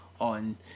on